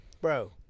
Bro